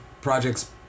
projects